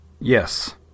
Yes